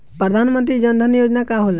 प्रधानमंत्री जन धन योजना का होला?